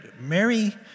Mary